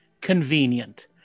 convenient